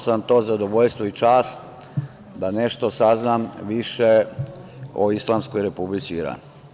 Imao sam to zadovoljstvo i čast da nešto saznam više o Islamskoj Republici Iran.